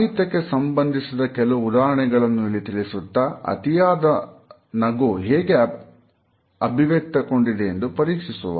ಸಾಹಿತ್ಯಕ್ಕೆ ಸಂಬಂಧಿಸಿದ ಕೆಲವು ಉದಾಹರಣೆಗಳನ್ನು ಇಲ್ಲಿ ತಿಳಿಸುತ್ತಾ ಅತಿಯಾದ ನಗು ಹೇಗೆ ಅಭಿವ್ಯಕ್ತಗೊಂಡಿದೆ ಎಂಬುದನ್ನು ಪರೀಕ್ಷಿಸುವ